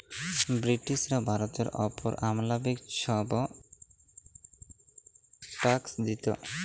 ব্রিটিশরা ভারতের অপর অমালবিক ছব ট্যাক্স দিত